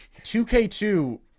2k2